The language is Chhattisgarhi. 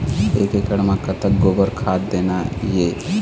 एक एकड़ म कतक गोबर खाद देना ये?